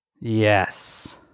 Yes